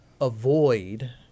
avoid